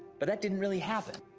but that didn't really happen.